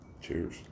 Cheers